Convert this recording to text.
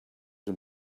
him